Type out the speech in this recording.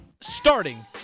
starting